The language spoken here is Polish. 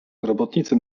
robotnicy